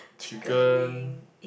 chicken